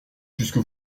puisque